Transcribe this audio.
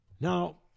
Now